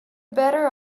better